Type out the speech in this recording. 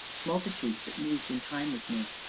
multitudes that moved in time with me,